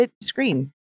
screen